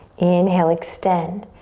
inhale, extend.